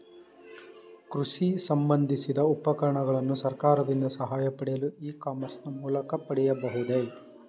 ಕೃಷಿ ಸಂಬಂದಿಸಿದ ಉಪಕರಣಗಳನ್ನು ಸರ್ಕಾರದಿಂದ ಸಹಾಯ ಪಡೆಯಲು ಇ ಕಾಮರ್ಸ್ ನ ಮೂಲಕ ಪಡೆಯಬಹುದೇ?